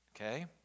okay